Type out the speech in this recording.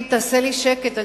תעשה לי שקט,